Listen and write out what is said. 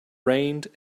rained